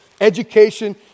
education